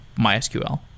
MySQL